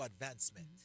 advancement